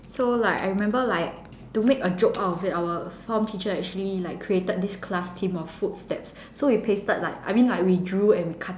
so like I remember like to make a joke out of it our form teacher actually like created this class theme of foot steps so we pasted like I mean like we drew and we cut lah